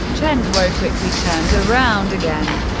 chen guo quickly turned around again.